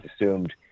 assumed